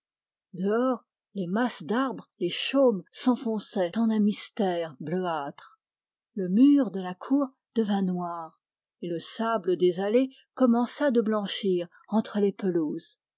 dehors les masses d'arbres les chaumes s'enfonçaient en un mystère bleuâtre le mur de la cour devint noir et le sable des allées commença de blanchir entre les pelouses